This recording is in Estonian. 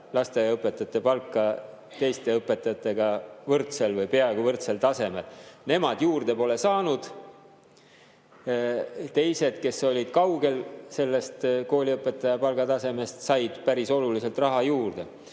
lasteaiaõpetajate palka teiste õpetajatega võrdsel või peaaegu võrdsel tasemel. Nemad juurde pole saanud. Teised, kes olid kaugel sellest kooliõpetaja palga tasemest, said päris oluliselt raha juurde.